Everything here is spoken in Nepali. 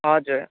हजुर